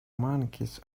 monkeys